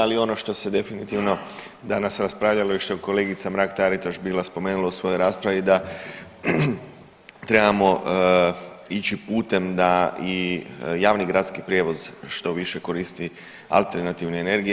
Ali ono što se definitivno danas raspravljalo i što je kolegica Mrak Taritaš bila spomenula u svojoj raspravi da trebamo ići putem da i javni gradski prijevoz što više koristi alternativne energije.